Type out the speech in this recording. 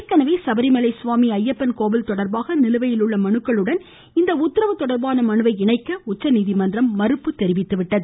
ஏற்கனவே சபரிமலை சுவாமி அய்யப்பன் கோவில் தொடர்பாக நிலுவையில் உள்ள மனுக்களுடன் இந்த உத்தரவு தொடர்பான மனுவை இணைக்க உச்சநீதிமன்றம் மறுத்துவிட்டது